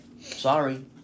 sorry